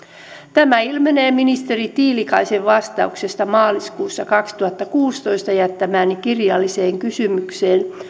tämä ilmenee ministeri tiilikaisen vastauksesta maaliskuussa kaksituhattakuusitoista jättämääni kirjalliseen kysymykseen